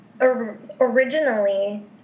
Originally